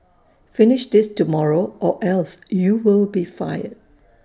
finish this tomorrow or else you will be fired